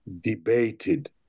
debated